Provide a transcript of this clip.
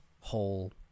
whole